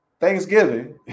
thanksgiving